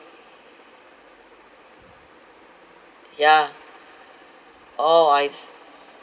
yeah orh I see